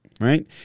right